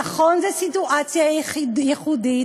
נכון, זו סיטואציה ייחודית,